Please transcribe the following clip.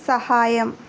സഹായം